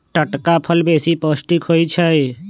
टटका फल बेशी पौष्टिक होइ छइ